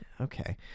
Okay